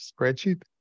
spreadsheet